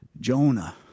Jonah